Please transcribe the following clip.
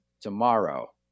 tomorrow